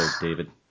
David